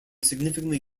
significantly